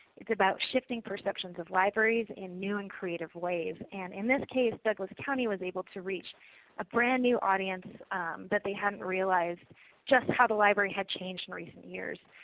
it is about shifting perceptions of libraries in new and creative ways. and in this case douglas county was able to reach a brand-new audience that they hadn't realized just how the library had changed in recent years.